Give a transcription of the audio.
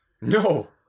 No